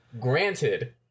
Granted